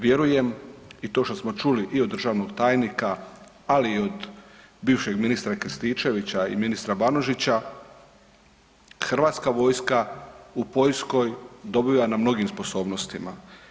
Vjerujem i to što smo čuli i od državnog tajnika, ali i od bivšeg ministra Krstičevića i ministra Banožića, HV u Poljskoj dobiva na mnogim sposobnostima.